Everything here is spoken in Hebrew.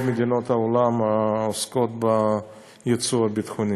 מדינות העולם העוסקות ביצוא ביטחוני.